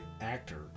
actor